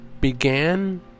began